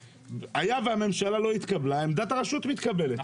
היה והממשלה לא התקבלה, עמדת הרשות מתקבלת.